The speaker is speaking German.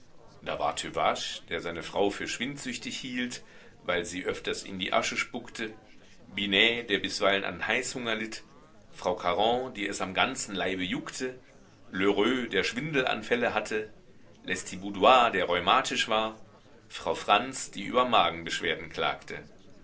da war tüvache der seine frau für schwindsüchtig hielt weil sie öfters in die asche spuckte binet der bisweilen an heißhunger litt frau caron die es am ganzen leibe juckte lheureux der schwindelanfälle hatte lestiboudois der rheumatisch war frau franz die über magenbeschwerden klagte